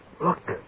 Look